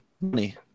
money